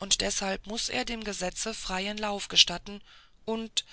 und jedenfalls muß er dem gesetze freien lauf gestatten und